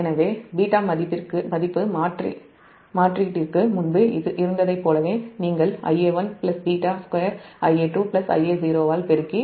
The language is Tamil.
எனவே β மதிப்பு மாற்றீட்டிற்கு முன்பு இருந்ததைப் போலவே நீங்கள் Ia1 β2 Ia2 Ia0 ஆல் பெருக்கி j6